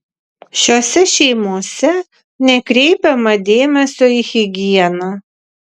šiose šeimose nekreipiama dėmesio į higieną